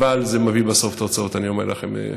אבל זה מביא בסוף תוצאות, אני אומר לכם.